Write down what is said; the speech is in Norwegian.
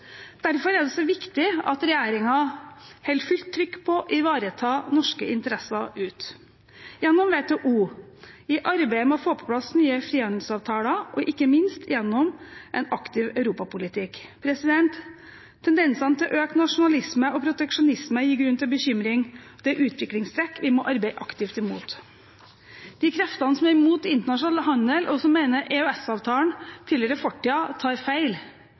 Derfor er det så viktig at regjeringen holder fullt trykk på å ivareta norske interesser ute gjennom WTO, i arbeidet med å få på plass nye frihandelsavtaler og ikke minst gjennom en aktiv europapolitikk. Tendensene til økt nasjonalisme og proteksjonisme gir grunn til bekymring. Det er utviklingstrekk vi må arbeide aktivt imot. De kreftene som er imot internasjonal handel, og som mener EØS-avtalen tilhører fortiden, tar feil,